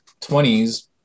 20s